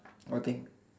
what thing